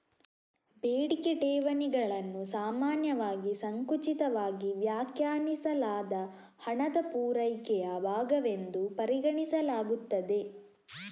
ಬೇಡಿಕೆ ಠೇವಣಿಗಳನ್ನು ಸಾಮಾನ್ಯವಾಗಿ ಸಂಕುಚಿತವಾಗಿ ವ್ಯಾಖ್ಯಾನಿಸಲಾದ ಹಣದ ಪೂರೈಕೆಯ ಭಾಗವೆಂದು ಪರಿಗಣಿಸಲಾಗುತ್ತದೆ